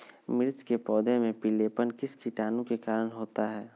मिर्च के पौधे में पिलेपन किस कीटाणु के कारण होता है?